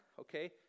okay